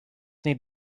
need